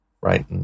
right